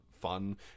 fun